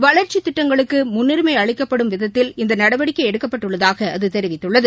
வளா்ச்சித் திட்டங்களுக்கு முன்னுரிமை அளிக்கப்படும் விதத்தில் இந்த நடவடிக்கை எடுக்கப்பட்டுள்ளதாக அது தெரிவித்துள்ளது